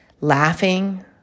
laughing